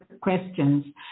questions